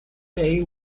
day